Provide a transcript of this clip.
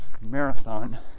Marathon